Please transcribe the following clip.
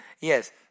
Yes